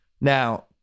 Now